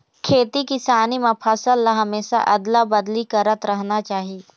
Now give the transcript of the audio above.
खेती किसानी म फसल ल हमेशा अदला बदली करत रहना चाही